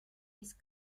ist